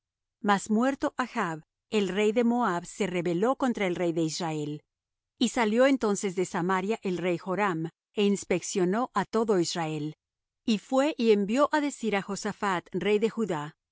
mas muerto achb el rey de moab se rebeló contra el rey de israel y salió entonces de samaria el rey joram é inspeccionó á todo israel y fué y envió á decir á josaphat rey de judá